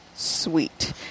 Sweet